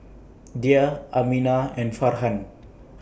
Dhia Aminah and Farhan